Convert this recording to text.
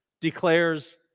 declares